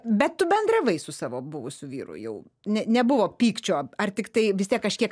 bet tu bendravai su savo buvusiu vyru jau ne nebuvo pykčio ar tiktai vis tiek kažkiek